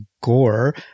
gore